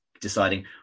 deciding